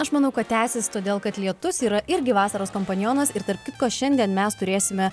aš manau kad tęsis todėl kad lietus yra irgi vasaros kompanionas ir tarp kitko šiandien mes turėsime